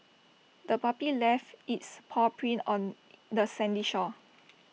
the puppy left its paw prints on the sandy shore